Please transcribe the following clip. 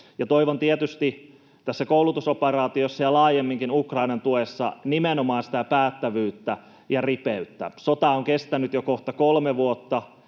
Toivon tietysti tässä koulutusoperaatiossa ja laajemminkin Ukrainan tuessa nimenomaan sitä päättävyyttä ja ripeyttä. Sota on kestänyt jo kohta kolme vuotta.